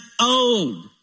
old